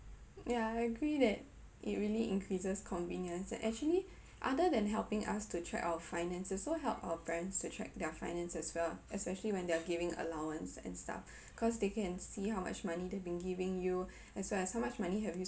ya I agree that it really increases convenience and actually other than helping us to track our finances it also help our parents to track their finance as well especially when they are giving allowance and stuff cause they can see how much money they been giving you as well as how much money have you